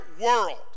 world